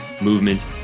movement